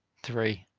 three.